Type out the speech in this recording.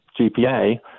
GPA